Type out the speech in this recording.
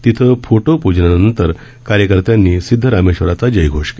तिथं फोटो प्जनानंतर कार्यकर्त्यांनी सिद्धरामेश्वराचा जयघोष केला